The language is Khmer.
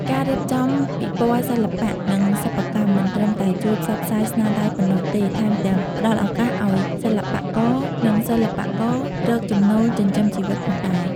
ការរៀបចំពិព័រណ៍សិល្បៈ និងសិប្បកម្ម មិនត្រឹមតែជួយផ្សព្វផ្សាយស្នាដៃប៉ុណ្ណោះទេ ថែមទាំងផ្តល់ឱកាសឱ្យសិល្បករនិងសិប្បកររកចំណូលចិញ្ចឹមជីវិតផងដែរ។